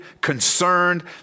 concerned